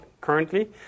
currently